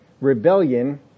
Rebellion